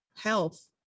health